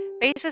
Basis